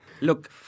Look